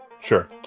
Sure